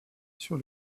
sur